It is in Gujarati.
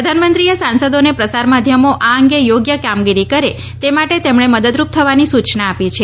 પ્રધાનમંત્રીએ સાંસદોને પ્રસાર માધ્યમો આ અંગે યોગ્ય કામગીરી કરે તે માટે તેમણે મદદરૂપ થવાની સૂચના આપી છે